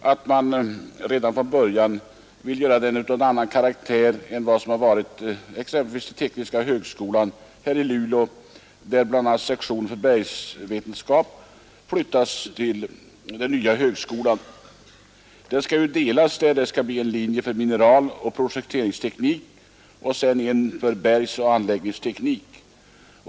Man vill redan från början se till att den får en annan karaktär än t.ex. tekniska högskolan i Stockholm. BI. a. flyttas sektionen för bergsvetenskap till den nya högskolan. Den sektionen skall där delas; det skall bli en linje för mineraloch prospekteringsteknik och en för bergoch anläggningsteknik.